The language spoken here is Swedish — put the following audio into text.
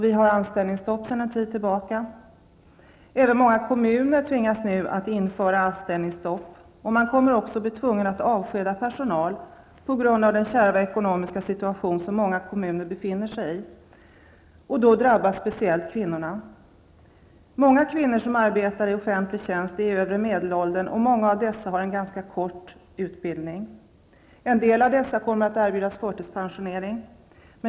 Vi har anställningsstopp sedan en tid tillbaka. Även många kommuner tvingas nu införa anställningsstopp. De kommer också att bli tvungna att avskeda personal på grund av den kärva ekonomiska situation som många kommuner befinner sig i. Då drabbas speciellt kvinnorna. Många kvinnor som arbetar i offentlig tjänst är i övre medelåldern, och många av dessa har en ganska kort utbildning. En del av dem kommer att erbjudas förtidspensionering.